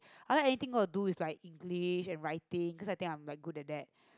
I like anything got to do is like English and Writing cause I think I'm like good at that